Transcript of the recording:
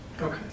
Okay